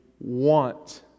want